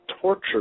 torture